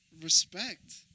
respect